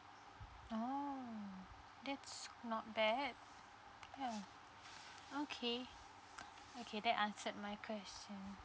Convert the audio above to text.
oh that's not bad ya okay okay that answered my question